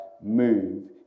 move